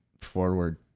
forward